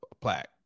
plaque